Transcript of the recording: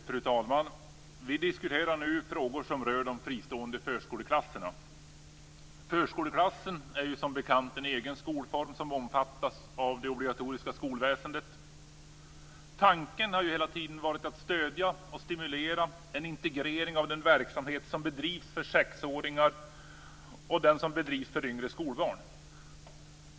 Fru talman! Vi diskuterar nu frågor som rör de fristående förskoleklasserna. Förskoleklassen är ju som bekant en egen skolform som omfattas av det obligatoriska skolväsendet. Tanken har ju hela tiden varit att stödja och stimulera en integrering av den verksamhet som bedrivs för sexåringar och den som bedrivs för yngre skolbarn.